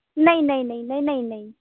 नहीं नहीं नहीं नहीं नहीं नहीं